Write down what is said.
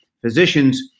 physicians